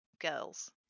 girls